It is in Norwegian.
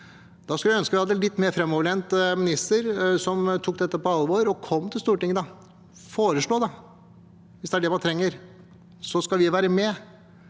vi ønske vi hadde en litt mer framoverlent minister som tok dette på alvor. Kom til Stortinget med forslag, hvis det er det man trenger, så skal vi være med.